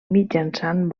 mitjançant